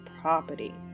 property